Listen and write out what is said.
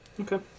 Okay